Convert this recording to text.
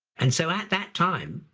and so at that time,